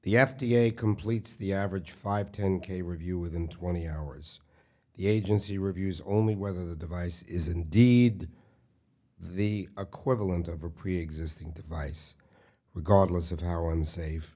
the f d a completes the average five ten k review within twenty hours the agency reviews only whether the device is indeed the equivalent of a preexisting device regardless of how unsafe